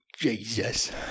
Jesus